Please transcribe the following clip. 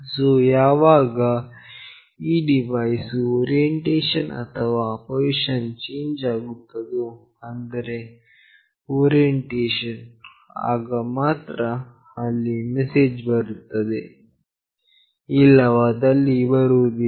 so ಯಾವಾಗ ಈ device ನ ಓರಿಯೆಂಟೇಷನ್ ಅಥವಾ ಪೊಸಿಷನ್ ವು ಚೇಂಜ್ ಆಗುತ್ತದೋ ಅಂದರೆ ಓರಿಯೆಂಟೇಷನ್ ಆಗ ಮಾತ್ರ ಅಲ್ಲಿ ಮೆಸೇಜ್ ಬರುತ್ತದೆ ಇಲ್ಲವಾದಲ್ಲಿ ಬರುವುದಿಲ್ಲ